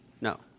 No